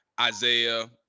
Isaiah